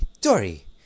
Dory